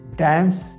dams